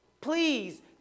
please